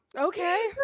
okay